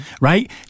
Right